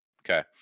Okay